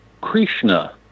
Krishna